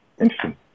interesting